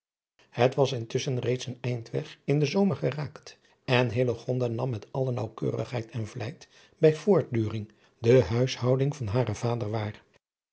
het was intusschen reeds een eindweg in den zomer geraakt en hillegonda nam met alle naauwkeurigheid en vlijt bij voortduring de huishouding van haren vader waar